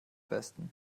besten